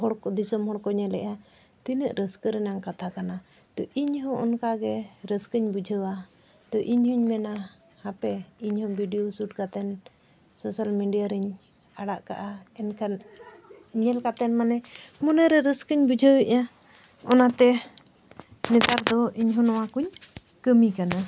ᱦᱚᱲᱠᱚ ᱫᱤᱥᱚᱢ ᱦᱚᱲᱠᱚ ᱧᱮᱞᱮᱫᱼᱟ ᱛᱤᱱᱟᱹᱜ ᱨᱟᱹᱥᱠᱟᱹ ᱨᱮᱱᱟᱜ ᱠᱟᱛᱷᱟ ᱠᱟᱱᱟ ᱛᱳ ᱤᱧᱦᱚᱸ ᱚᱱᱠᱟ ᱜᱮ ᱨᱟᱹᱥᱠᱟᱹᱧ ᱵᱩᱡᱷᱟᱹᱣᱟ ᱛᱳ ᱤᱧᱦᱚᱧ ᱢᱮᱱᱟ ᱦᱟᱯᱮ ᱤᱧᱦᱚᱸ ᱠᱟᱛᱮᱫ ᱨᱮᱧ ᱟᱲᱟᱜ ᱠᱟᱜᱼᱟ ᱮᱱᱠᱷᱟᱱ ᱧᱮᱞ ᱠᱟᱛᱮᱫ ᱢᱟᱱᱮ ᱢᱚᱱᱮᱨᱮ ᱨᱟᱹᱥᱠᱟᱹᱧ ᱵᱩᱡᱷᱟᱹᱣ ᱮᱫᱟ ᱚᱱᱟᱛᱮ ᱱᱮᱛᱟᱨ ᱫᱚ ᱤᱧᱦᱚᱸ ᱱᱚᱣᱟᱠᱚᱧ ᱠᱟᱹᱢᱤ ᱠᱟᱱᱟ